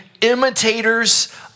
imitators